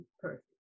perfect